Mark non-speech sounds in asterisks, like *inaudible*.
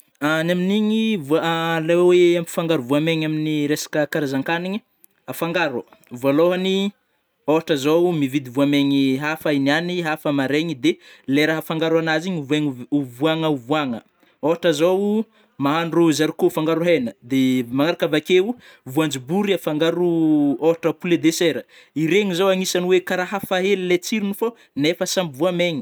*hesitation* Ny aminigny, voa *hesitation* le oe ampifangaro voamaigny amin'ny resaka karazankanigny afangaro, vôlôhany ôtra zao mividy voamegny hafa i niany hafa maraigny de le raha afangaro anazy igny ovoagny-ovoagna-ovoagna, ôhatra zao *hesitation* mahandro zarikô afangaro hena, de magnaraka avakeo voanjobory afangaro *hesitation* ôhatra poulet de chair, iregny zô agnisany kara hafa hely lai tsirony fô nefa samy voamegny.